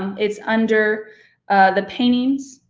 it's under the paintings.